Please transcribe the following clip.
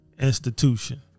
institution